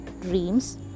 dreams